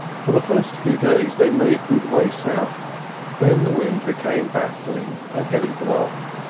for the first few days they made good way south then the wind became baffling and headed them off.